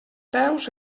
peus